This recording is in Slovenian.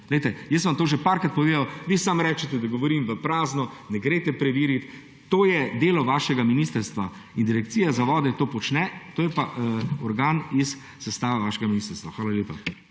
Glejte, to sem vam že večkrat povedal, in vi samo rečete, da govorim v prazno, ne greste preverit. To je delo vašega ministrstva. Direkcija za vode to počne, ki je pa organ v sestavi vašega ministrstva. Hvala lepa.